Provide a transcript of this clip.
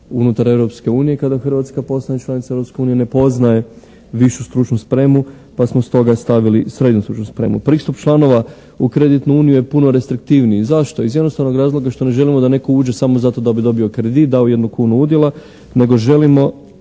unutar Europske unije kada Hrvatska postane članica Europske unije, ne poznaje višu stručnu spremu pa smo stoga stavili srednju stručnu spremu. Pristup članova u kreditnu uniju je puno restriktivniji. Zašto? Iz jednostavnog razloga što ne želimo da netko uđe samo zato da bi dobio kredit, dao jednu kunu udjela nego želimo